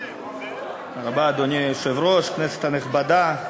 אדוני היושב-ראש, כנסת נכבדה,